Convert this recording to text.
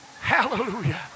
Hallelujah